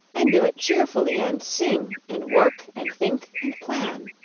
and do it cheerfully, and sing and work and think and plan.